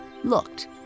looked